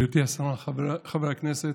גברתי השרה, חברי הכנסת,